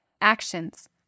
Actions